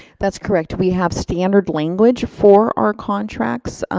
that's correct, we have standard language for our contracts,